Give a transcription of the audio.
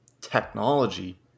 technology